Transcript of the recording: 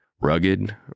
Rugged